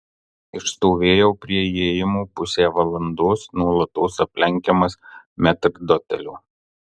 išstovėjau prie įėjimo pusę valandos nuolatos aplenkiamas metrdotelio